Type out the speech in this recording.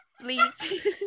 please